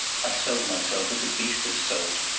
i sold myself, as a beast is sold,